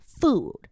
food